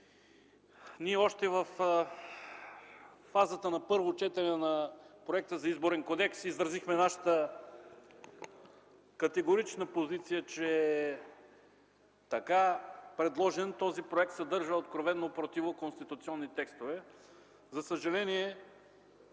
Още във фазата на първо четене на проекта за Изборен кодекс ние изразихме нашата категорична позиция, че, така предложен, този проект съдържа откровено противоконституционни текстове. За съжаление,